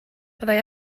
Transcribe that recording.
byddai